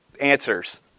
answers